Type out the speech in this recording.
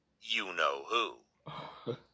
you-know-who